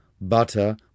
butter